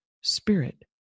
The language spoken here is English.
spirit